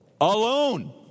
alone